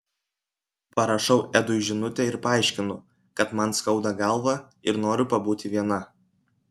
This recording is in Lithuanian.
parašau edui žinutę ir paaiškinu kad man skauda galvą ir noriu pabūti viena